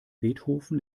beethoven